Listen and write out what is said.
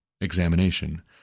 examination